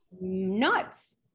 nuts